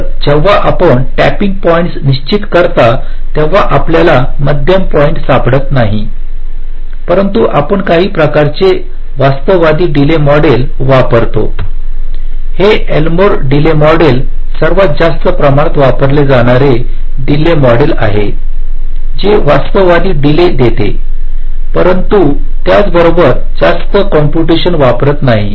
तर जेव्हा आपण टॅपिंग पॉईंट्स निश्चित करता तेव्हा आपल्याला मध्यम पॉईंट् सापडत नाही परंतु आपण काही प्रकारचे वास्तववादी डिले मॉडेल वापरतो हे एल्मोर डिले मॉडेल सर्वात जास्त प्रमाणात वापरले जाणारे डिले मॉडेलआहे जे वास्तववादी डिले देते परंतु त्याचबरोबर जास्त कंप्युटेशन वापरत नाही